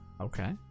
Okay